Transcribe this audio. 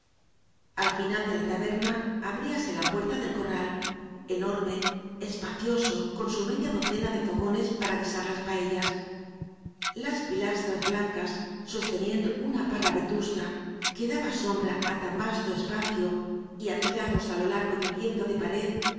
al final de la taberna abríase la puerta del corral enorme espacioso con su media doce na de fogones para guisar las paellas las pi lastras blancas sosteniendo una parra vetusta que daba sombra á tan vasto espacio y apila dos á lo largo de un lienzo de pared